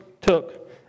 took